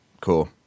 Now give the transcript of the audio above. Cool